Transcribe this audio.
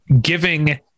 giving